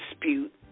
dispute